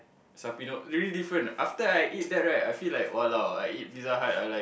Sarpino really different after I eat that right I feel like !walao! I eat Pizza-Hut ah like